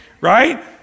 Right